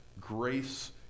grace